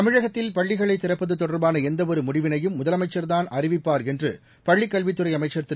தமிழகத்தில் பள்ளிகளை திறப்பது தொடர்பான எந்தவொரு முடிவினையும் முதலமைச்சர்தான் முடிவினை அறிவிப்பார் என்று பள்ளிக் கல்வித்துறை அமைச்சர் திரு